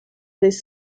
des